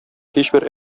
һичбер